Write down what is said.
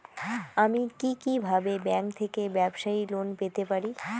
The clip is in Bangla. আমি কি কিভাবে ব্যাংক থেকে ব্যবসায়ী লোন পেতে পারি?